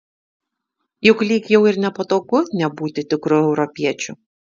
juk lyg jau ir nepatogu nebūti tikru europiečiu